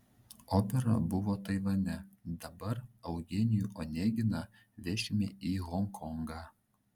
opera buvo taivane dabar eugenijų oneginą vešime į honkongą